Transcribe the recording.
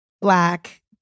black